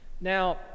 Now